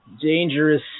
dangerous